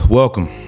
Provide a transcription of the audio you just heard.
Welcome